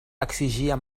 exigia